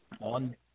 on